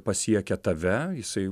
pasiekia tave jisai